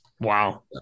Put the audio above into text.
Wow